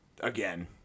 Again